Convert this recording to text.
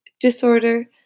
disorder